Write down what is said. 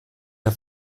der